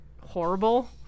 horrible